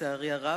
לצערי הרב.